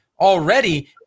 already